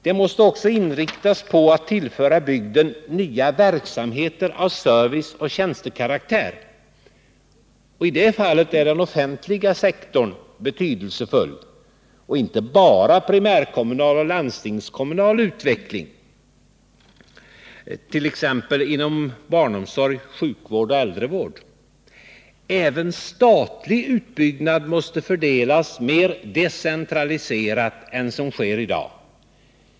De måste också inriktas på att tillföra bygden nya verksamheter av serviceoch tjänstekaraktär. I det fallet är den offentliga sektorn betydelsefull, och inte bara primärkommunal och landstingskommunal utveckling inom exempelvis barnomsorg, sjukvård och äldrevård. Även statlig utbyggnad måste fördelas mer decentraliserat än som sker i dag.